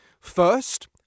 First